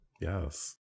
Yes